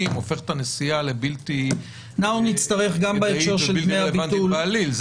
הופכת את הנסיעה לבלתי כדאית או בלתי רלוונטית בעליל.